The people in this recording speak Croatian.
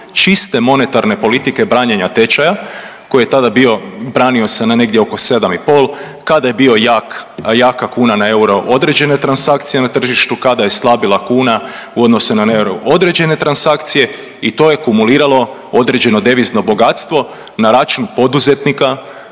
čiste monetarne politike branjenja tečaja koji je tada bio branio se na negdje oko 7 i pol. Kada je bio jak, a jaka kuna na euro određene transakcije na tržištu, kada je slabila kuna u odnosu na euro određene transakcije i to je kumuliralo određeno devizno bogatstvo na račun poduzetnika